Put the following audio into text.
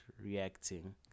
reacting